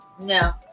No